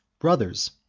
brothers